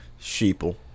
Sheeple